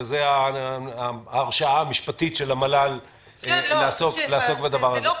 וזה ההרשאה המשפטית של המל"ל לעסוק בדבר הזה.